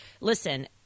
listen